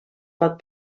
pot